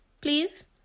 please